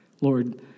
Lord